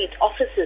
offices